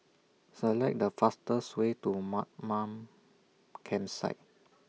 Select The fastest Way to Mamam Campsite